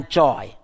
joy